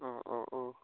অঁ অঁ অঁ